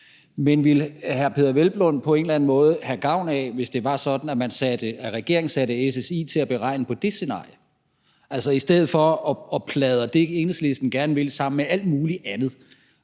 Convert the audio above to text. men ville hr. Peder Hvelplund på en eller anden måde have gavn af, at regeringen satte SSI til at regne på det scenarie i stedet for at pladre det, Enhedslisten gerne vil, sammen med alt mulig andet?